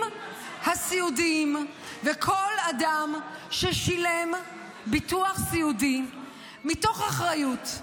הסיעודיים וכל אדם ששילם ביטוח סיעודי מתוך אחריות,